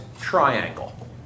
triangle